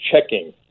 checking